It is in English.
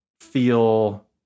feel